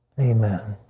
amen.